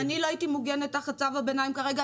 אם אני לא הייתי מוגנת תחת צו הביניים כרגע,